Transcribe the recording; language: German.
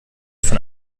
von